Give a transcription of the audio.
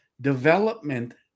development